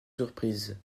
surprise